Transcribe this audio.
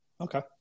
Okay